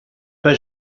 pas